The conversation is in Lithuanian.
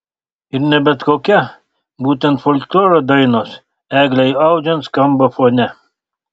ir ne bet kokia būtent folkloro dainos eglei audžiant skamba fone